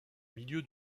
milieu